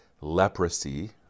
leprosy